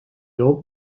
old